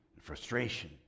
frustration